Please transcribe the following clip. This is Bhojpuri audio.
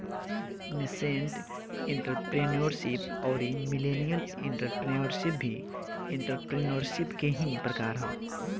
नेसेंट एंटरप्रेन्योरशिप अउरी मिलेनियल एंटरप्रेन्योरशिप भी एंटरप्रेन्योरशिप के ही प्रकार ह